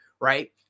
right